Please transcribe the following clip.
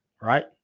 right